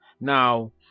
now